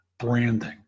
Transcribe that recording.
branding